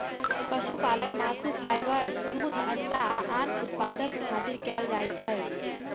पशुपालन मासु, फाइबर, दूध, अंडा आ आन उत्पादक खातिर कैल जाइ छै